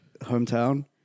hometown